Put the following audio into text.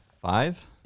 Five